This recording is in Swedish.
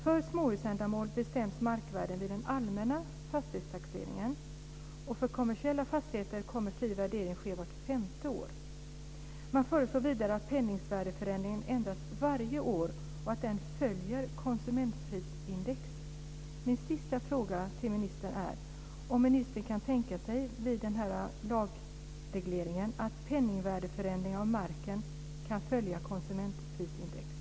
För småhusändamål bestäms markvärdet vid den allmänna fastighetstaxeringen, och för kommersiella fastigheter kommer fri värdering att ske vart femte år. Man föreslår vidare att penningvärdesförändringen ändras varje år och att den följer konsumentprisindex. Min sista fråga till ministern är om han kan tänka sig vid lagregleringen att penningvärdesförändringen av marken kan följa konsumentprisindex.